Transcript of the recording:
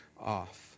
off